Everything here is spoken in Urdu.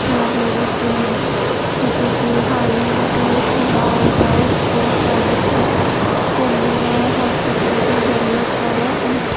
اور جیسے کسی کہ حال ہی میں طبیعت خراب ہو جائے اس کو اچانک سے جلدی میں ہاسپیٹل کی ضرورت پڑے اور